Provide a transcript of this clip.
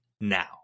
now